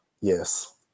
Yes